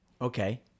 Okay